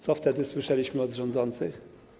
Co wtedy słyszeliśmy od rządzących?